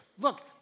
look